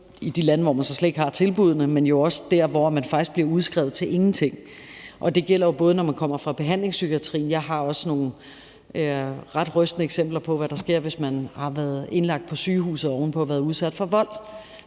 de lande, hvor man så slet ikke har tilbuddene, men jo også der, hvor man faktisk bliver udskrevet til ingenting. Det gælder jo, når man kommer fra behandlingspsykiatrien, og jeg har også nogle ret rystende eksempler på, hvad der sker, hvis man har været indlagt på sygehuset oven på at have været udsat for vold,